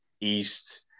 East